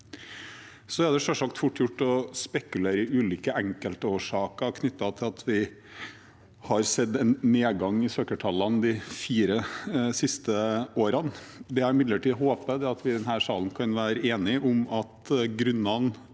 selvsagt fort gjort å spekulere i ulike enkeltårsaker til at vi har sett en nedgang i søkertallene de fire siste årene. Det jeg imidlertid håper, er at vi i denne salen kan være enige om at grunnene